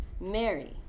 Mary